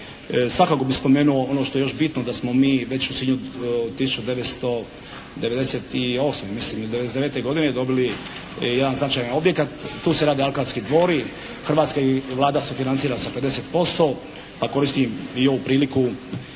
Svakako bih spomenuo ono što je bitno da smo mi već u Sinju 1998. mislim ili '99. godine dobili jedan značajan objekat. Tu se rade alkarski tvori. Hrvatska Vlada sufinancira sa 50%. A koristim i ovu priliku